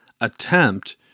attempt